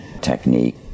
technique